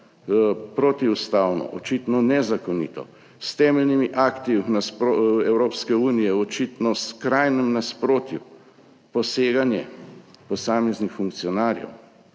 protiustavno, očitno nezakonito, s temeljnimi akti Evropske unije v očitno skrajnem nasprotju poseganje posameznih funkcionarjev